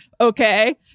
okay